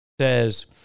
says